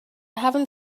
haven’t